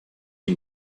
and